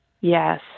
Yes